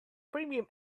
premium